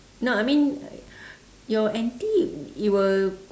no I mean your N_T it will